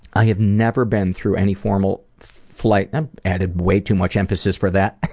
i had never been through any formal flight, and i added way too much emphasis for that.